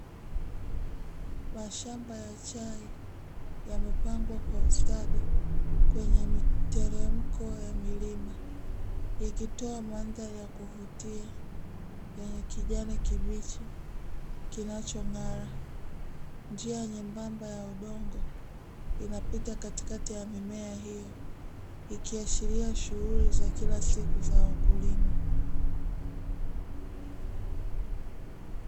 Mashamba ya chai yamepangwa kwa ustadi kwenye miteremko ya milima ikitoa mandhari ya kuvutia yenye kijani kibichi kinachong'ara. Njia nyembamba ya udongo inapita katikati ya mimea hiyo ikiashiria shuhuli za kila siku za wakulima.